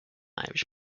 irish